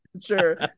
sure